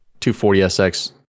240sx